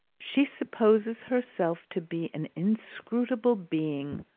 she supposes herself to be an inscrutable being,